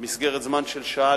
במסגרת זמן של שעה,